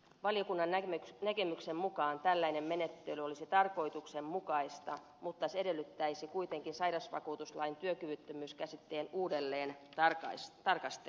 valiokunnan näkemyksen mukaan tällainen menettely olisi tarkoituksenmukaista mutta se edellyttäisi kuitenkin sairausvakuutuslain työkyvyttömyyskäsitteen uudelleentarkastelua